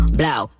blow